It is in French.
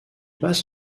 passe